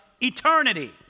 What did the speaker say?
eternity